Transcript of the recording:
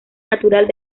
natural